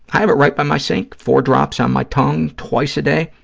i have it right by my sink, four drops on my tongue twice a day,